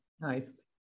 Nice